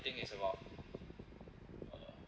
think is about uh